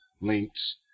links